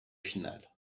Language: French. finale